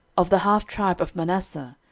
of the half tribe of manasseh,